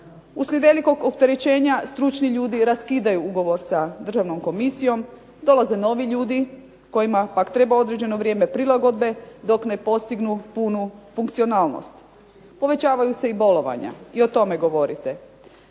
Uslijed velikog opterećenja stručni ljudi raskidaju ugovor sa Državnom komisijom, dolaze novi ljudi kojima pak treba određeno vrijeme prilagodbe dok ne postignu punu funkcionalnost, povećavaju se i bolovanja i o tome govore.